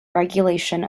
regulation